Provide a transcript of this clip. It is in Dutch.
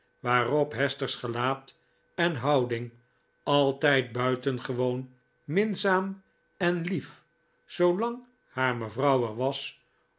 waarop hesters gelaat en houding altijd buitengewoon minzaam en lief zoolang haar mevrouw er was